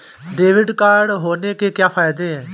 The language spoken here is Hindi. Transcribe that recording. डेबिट कार्ड होने के क्या फायदे हैं?